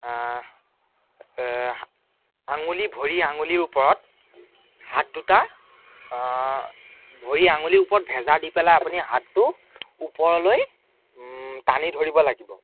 আঙুলি ভৰিৰ আঙুলিৰ ওপৰত হাত দুটা ভৰিৰ আঙুলিৰ ওপৰত ভেজা দি পেলাই আপুনি হাতটো ওপৰলৈ টানি ধৰিব লাগিব